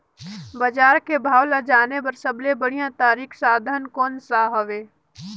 बजार के भाव ला जाने बार सबले बढ़िया तारिक साधन कोन सा हवय?